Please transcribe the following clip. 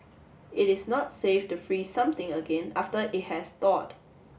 it is not safe to freeze something again after it has thawed